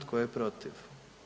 Tko je protiv?